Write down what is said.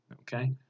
okay